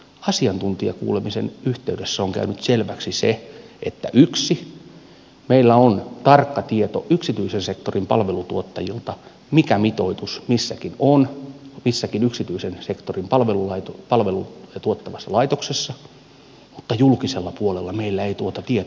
asiantuntijakuulemisen yhteydessä on käynyt selväksi että meillä on tarkka tieto yksityisen sektorin palvelutuottajilta mikä mitoitus missäkin yksityisen sektorin palveluja tuottavassa laitoksessa on mutta julkisella puolella meillä ei tuota tietoa ole